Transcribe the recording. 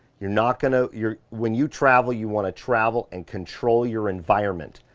you're not gonna, you're, when you travel, you want to travel and control your environment,